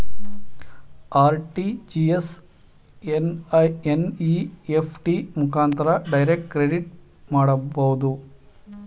RTGS, NEFT ಮುಖಾಂತರ direct credit ಮಾಡಬಹುದು